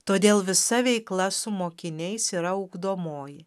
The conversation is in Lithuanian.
todėl visa veikla su mokiniais yra ugdomoji